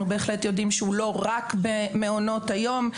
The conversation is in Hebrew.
בהחלט יודעים שהוא לא רק במעונות היום,